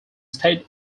state